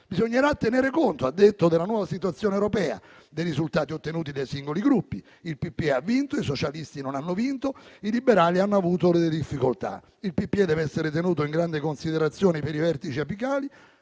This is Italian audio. bisognerà tenere conto della nuova situazione europea e dei risultati ottenuti dai singoli Gruppi. Il PPE ha vinto, i socialisti non hanno vinto, i liberali hanno avuto delle difficoltà. Il PPE dev'essere tenuto in grande considerazione per i vertici apicali.